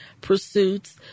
pursuits